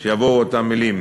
יבוא: (ז)